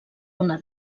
una